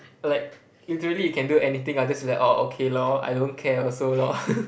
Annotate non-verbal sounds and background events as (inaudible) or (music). like literally you can do anything I'll just be like orh okay lor I don't care also lor (laughs)